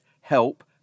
Help